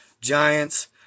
giants